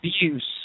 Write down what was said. abuse